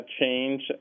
change